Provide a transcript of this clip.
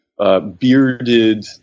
Bearded